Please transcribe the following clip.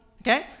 okay